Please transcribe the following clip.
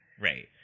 Right